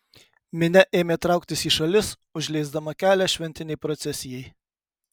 minia ėmė trauktis į šalis užleisdama kelią šventinei procesijai